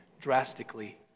drastically